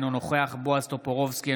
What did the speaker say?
אינו נוכח בועז טופורובסקי,